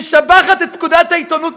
משבחת את פקודת העיתונות,